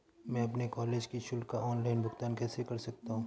मैं अपने कॉलेज की शुल्क का ऑनलाइन भुगतान कैसे कर सकता हूँ?